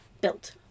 built